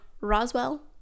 Roswell